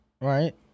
right